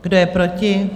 Kdo je proti?